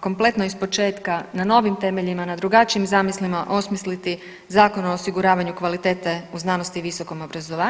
kompletno iz početka na novim temeljima, na drugačijim zamislima osmisliti Zakon o osiguravanju kvalitete u znanosti i visokom obrazovanju.